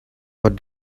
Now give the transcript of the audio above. what